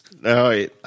No